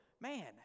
man